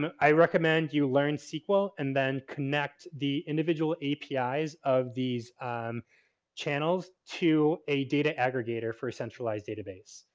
but i recommend you learn sql and then connect the individual api's of these channels to a data aggregator for a centralized database.